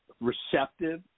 receptive